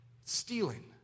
stealing